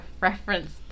reference